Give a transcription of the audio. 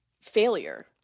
failure